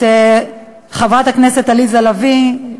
את חברת הכנסת עליזה לביא,